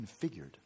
configured